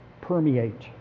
permeate